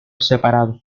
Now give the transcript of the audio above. separado